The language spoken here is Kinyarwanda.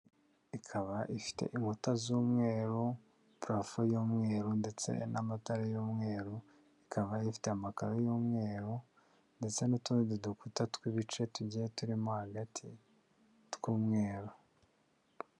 Ikaba ifite inkuta z'umweru, parafo y'umweru ndetse n'amatara y'umweru, ikaba ifite amakaro y'umweru ndetse n'utundi dukuta tw'ibice tugiye turimo hagati tw'umweru.